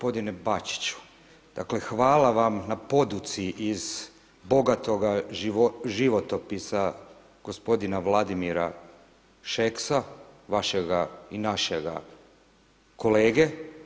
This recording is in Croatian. Gospodine Bačiću, dakle, hvala vam na poduci iz bogatoga životopisa gospodina Vladimira Šeksa, vašega i našega kolege.